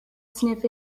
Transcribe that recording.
sniff